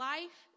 Life